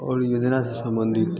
और योजना से सम्बंधित